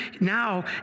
now